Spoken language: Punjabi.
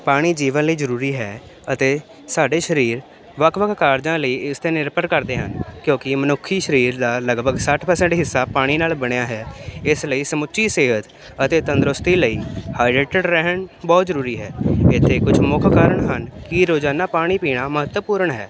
ਪਾਣੀ ਜੀਵਨ ਲਈ ਜ਼ਰੂਰੀ ਹੈ ਅਤੇ ਸਾਡੇ ਸਰੀਰ ਵੱਖ ਵੱਖ ਕਾਰਜਾਂ ਲਈ ਇਸ 'ਤੇ ਨਿਰਭਰ ਕਰਦੇ ਹਨ ਕਿਉਂਕਿ ਮਨੁੱਖੀ ਸਰੀਰ ਦਾ ਲਗਭਗ ਸੱਠ ਪ੍ਰਸੈਂਟ ਹਿੱਸਾ ਪਾਣੀ ਨਾਲ ਬਣਿਆ ਹੈ ਇਸ ਲਈ ਸਮੁੱਚੀ ਸਿਹਤ ਅਤੇ ਤੰਦਰੁਸਤੀ ਲਈ ਹਾਈਡਰੇਟਡ ਰਹਿਣਾ ਬਹੁਤ ਜ਼ਰੂਰੀ ਹੈ ਇੱਥੇ ਕੁਝ ਮੁੱਖ ਕਾਰਨ ਹਨ ਕਿ ਰੋਜ਼ਾਨਾ ਪਾਣੀ ਪੀਣਾ ਮਹੱਤਵਪੂਰਨ ਹੈ